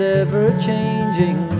ever-changing